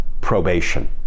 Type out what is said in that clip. probation